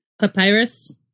Papyrus